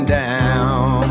down